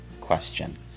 question